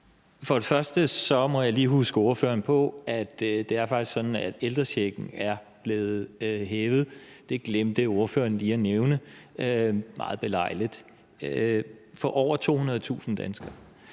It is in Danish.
For det første må jeg lige huske ordføreren på, at det faktisk er sådan, at ældrechecken er blevet hævet – det glemte ordføreren lige at nævne, meget belejligt – for over 200.000 danskere.